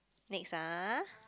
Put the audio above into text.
next ah